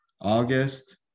August